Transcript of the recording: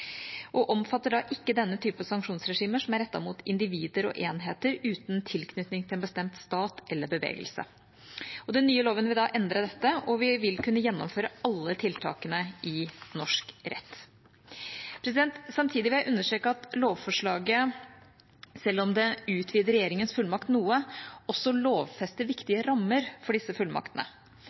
og omfatter da ikke denne typen sanksjonsregimer, som er rettet mot individer og enheter uten tilknytning til en bestemt stat eller bevegelse. Den nye loven vil endre dette, og vi vil kunne gjennomføre alle tiltakene i norsk rett. Samtidig vil jeg understreke at lovforslaget, selv om det utvider regjeringas fullmakt noe, også lovfester viktige rammer for disse fullmaktene.